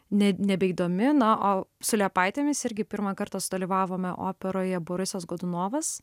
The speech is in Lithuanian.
ne nebeįdomi na o su liepaitėmis irgi pirmą kartą sudalyvavome operoje borisas godunovas